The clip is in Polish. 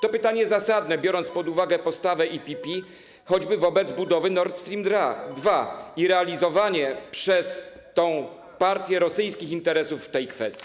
To pytanie zasadne, biorąc pod uwagę postawę EPP choćby wobec budowy Nord Stream 2 i realizowanie przez tę partię rosyjskich interesów w tej kwestii.